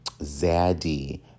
zaddy